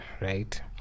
right